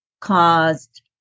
caused